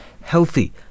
healthy